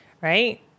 right